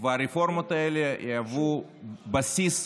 והרפורמות האלה יהוו בסיס